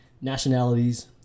nationalities